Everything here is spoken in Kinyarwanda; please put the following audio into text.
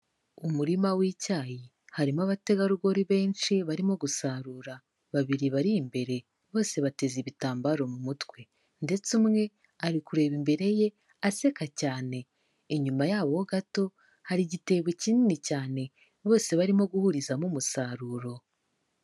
Umurima w'icyayi harimo abategarugori benshi barimo gusarura, babiri bari imbere bose bateze ibitambaro mu mutwe. Ndetse umwe ari kureba imbere ye aseka cyane. Inyuma yabo gato, hari igitebo kinini cyane bose barimo guhurizamo umusaruro.